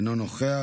אינו נוכח,